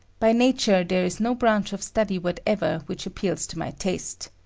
by nature, there is no branch of study whatever which appeals to my taste.